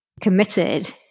committed